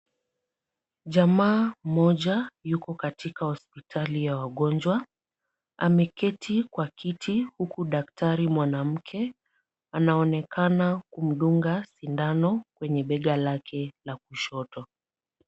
Jamaa mmoja yuko katika hospitali ya wagonjwa. Ameketi kwa kiti huku daktari mwanamke anaonekana kumdunga sindano kwenye bega lake la kushoto.